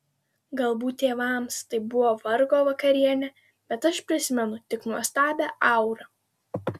galbūt tėvams tai buvo vargo vakarienė bet aš prisimenu tik nuostabią aurą